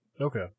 Okay